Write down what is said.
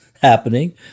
happening